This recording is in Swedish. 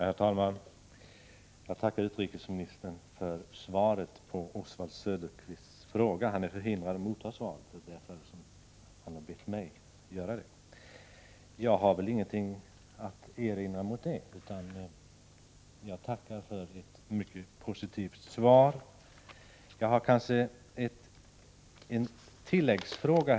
Herr talman! Jag tackar utrikesministern för svaret på Oswald Söderqvists fråga. Han är förhindrad att motta svaret och har därför bett mig att göra det. Jag har inget att erinra mot vad utrikesministern här har sagt, utan tackar för ett mycket positivt svar. Jag har en tilläggsfråga.